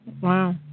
Wow